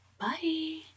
Bye